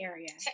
Area